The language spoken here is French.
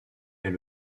est